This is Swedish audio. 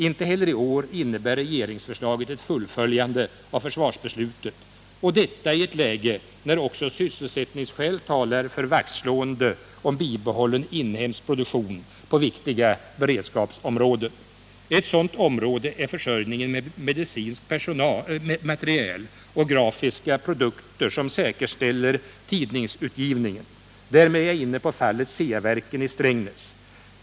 Inte heller i år innebär regeringsförslaget ett fullföljande av försvarsbeslutet. Och detta i ett läge när också sysselsättningsskäl talar för vaktslående om bibehållen inhemsk produktion på viktiga beredskapsområden. Ett sådant område är försörjningen med medicinsk material och grafiska produkter som säkerställer tidningsutgivningen. Därmed är jag inne på fallet Ceaverken i Strängnäs.